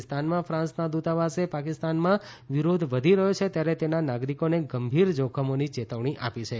પાકિસ્તાનમાં ફાન્સના દ્રતાવાસે પાકિસ્તાનમાં વિરોધ વધી રહ્યો છે ત્યારે તેના નાગરિકોને ગંભીર જોખમોની ચેતવણી આપી છે